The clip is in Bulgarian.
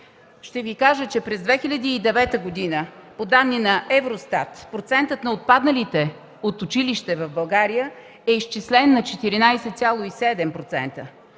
образование. През 2009 г. по данни на Евростат процентът на отпадналите от училище в България е изчислен на 14,7%.